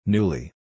Newly